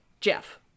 Jeff